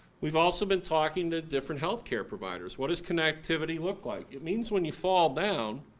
we've also been talking to different health care providers, what does connectivity look like? it means when you fall down,